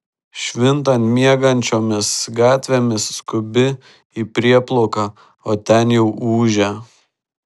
švintant miegančiomis gatvėmis skubi į prieplauką o ten jau ūžia